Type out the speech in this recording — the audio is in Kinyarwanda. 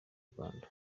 rwanda